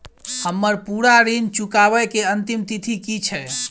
हम्मर पूरा ऋण चुकाबै केँ अंतिम तिथि की छै?